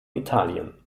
italien